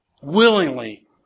willingly